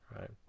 Right